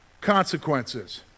consequences